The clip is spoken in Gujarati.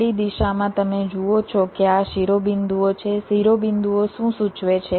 આડી દિશામાં તમે જુઓ છો કે આ શિરોબિંદુઓ છે શિરોબિંદુઓ શું સૂચવે છે